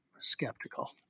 skeptical